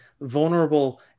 vulnerable